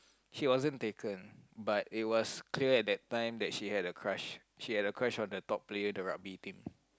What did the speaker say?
she wasn't taken but it was clear at that time that she had a crush she had a crush on the top player in the rugby team